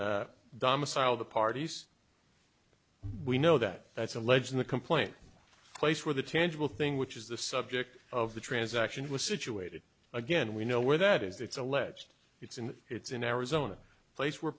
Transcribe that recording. domicile the parties we know that that's alleged in the complaint place where the tangible thing which is the subject of the transaction was situated again we know where that is it's alleged it's in it's in arizona place where